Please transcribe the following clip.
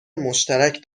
مشترک